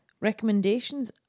recommendations